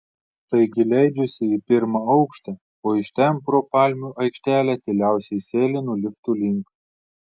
taigi leidžiuosi į pirmą aukštą o iš ten pro palmių aikštelę tyliausiai sėlinu liftų link